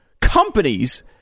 companies